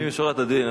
לפנים משורת הדין.